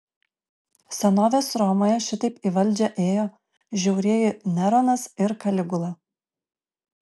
senovės romoje šitaip į valdžią ėjo žiaurieji neronas ir kaligula